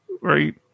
right